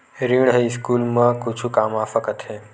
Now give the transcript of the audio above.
ऋण ह स्कूल मा कुछु काम आ सकत हे?